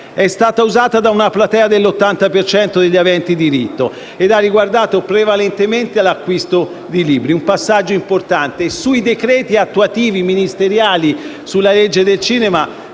È stata usata da una platea dell'80 per cento degli aventi diritto e ha riguardato prevalentemente l'acquisto di libri. Un passaggio importante, e rispetto ai decreti attuativi ministeriali della legge sul cinema